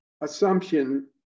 assumption